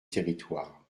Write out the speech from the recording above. territoire